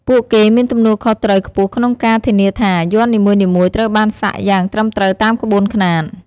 ពួកគេមានទំនួលខុសត្រូវខ្ពស់ក្នុងការធានាថា យ័ន្តនីមួយៗត្រូវបានសាក់យ៉ាងត្រឹមត្រូវតាមក្បួនខ្នាត។